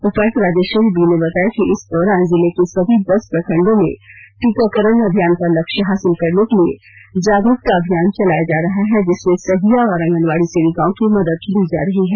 उपायुक्त राजेश्वरी बी ने बताया कि इस दौरान जिले सभी दस प्रखंडों में टीकाकरण अभियान का लक्ष्य हासिल करने के लिए जागरूकता अभियान चलाया जा रहा है जिसमें सहिया और आंगनबाडी सेविकाओं की मदद ली जा रही है